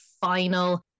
final